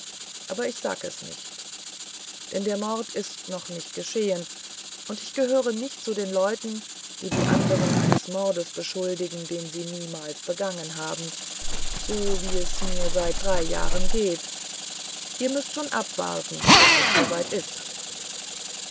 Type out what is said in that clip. aber ich sag es nicht denn der mord ist noch nicht geschehen und ich gehör nicht zu den leuten die andere eines mordes beschuldigen den sie niemals begangen haben so wie's mir seit drei jahren geht ihr müßt's schon abwarten bis es so weit ist